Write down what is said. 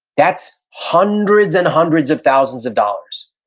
that's hundreds and hundreds of thousands of dollars,